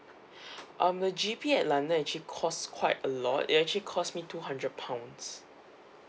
um the G_P at london actually cost quite a lot it actually cost me two hundred pounds